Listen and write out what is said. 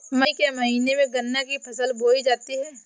मई के महीने में गन्ना की फसल बोई जाती है